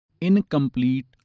Incomplete